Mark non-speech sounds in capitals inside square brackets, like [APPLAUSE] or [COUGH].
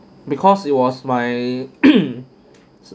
because it was my [COUGHS]